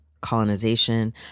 colonization